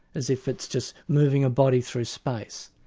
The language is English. as if it's just moving a body through space,